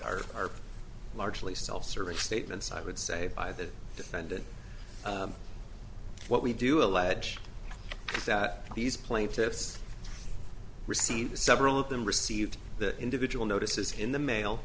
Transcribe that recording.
this are largely self serving statements i would say by the defendant what we do allege that these plaintiffs received several of them received the individual notices in the mail